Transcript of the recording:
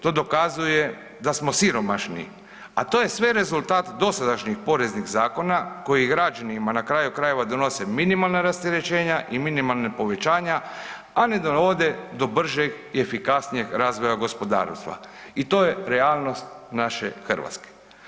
To dokazuje da smo siromašni, a to je sve rezultat dosadašnjih poreznih zakona koji građanima na kraju krajeva donose minimalna rasterećenja i minimalna povećanja, a ne dovode do bržeg i efikasnijeg razvoja gospodarstva i to je realnost naše Hrvatske.